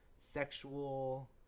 sexual